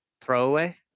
throwaway